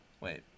Wait